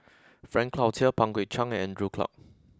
Frank Cloutier Pang Guek Cheng and Andrew Clarke